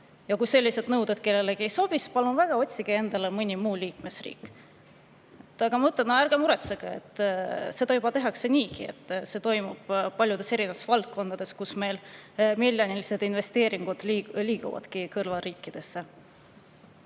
ja kui sellised nõuded kellelegi ei sobi, siis palun väga, otsige endale mõni muu liikmesriik. Ärge muretsege! Seda juba tehakse niigi, see toimub paljudes valdkondades, kus meil miljonilised investeeringud liiguvadki kõrvalriikidesse.